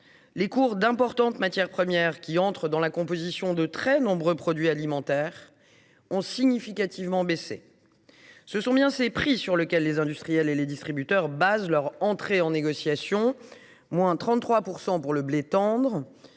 les cours d’importantes matières premières, qui entrent dans la composition de très nombreux produits alimentaires, ont sensiblement baissé. Or ce sont bien ces prix sur lesquels les industriels et les distributeurs fondent leur entrée dans les négociations. En voici quelques